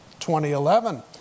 2011